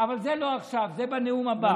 אבל זה לא עכשיו, זה בנאום הבא.